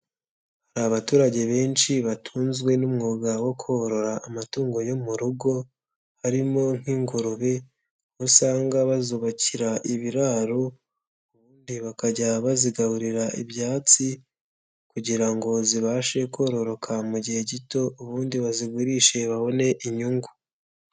Hari abaturage benshi batunzwe n'umwuga wo korora amatungo yo mu rugo. Harimo nk'ingurube, aho usanga bazubakira ibiraro, ubundi bakajya bazigaburira ibyatsi kugira ngo zibashe kororoka mu gihe gito, ubundi bazigurishe babone inyungu.